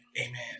amen